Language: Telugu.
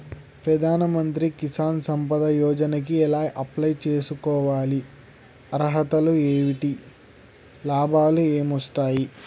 ప్రధాన మంత్రి కిసాన్ సంపద యోజన కి ఎలా అప్లయ్ చేసుకోవాలి? అర్హతలు ఏంటివి? లాభాలు ఏమొస్తాయి?